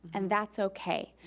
and that's okay.